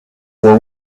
were